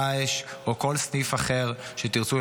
דאעש או כל סניף אחר שתרצו,